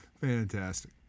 Fantastic